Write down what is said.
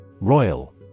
Royal